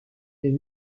est